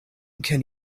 can